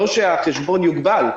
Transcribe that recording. לא שהחשבון יוגבל,